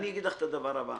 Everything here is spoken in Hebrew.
אני אגיד לך את הדבר הבא.